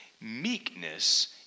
Meekness